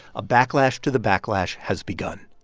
a backlash to the backlash has begun